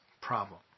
problem